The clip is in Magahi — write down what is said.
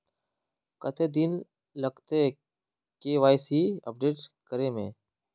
कते दिन लगते के.वाई.सी अपडेट करे में?